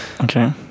Okay